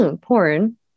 porn